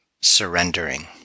surrendering